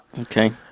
Okay